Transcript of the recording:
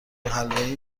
حلوایی